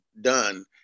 done